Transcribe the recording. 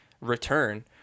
return